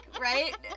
right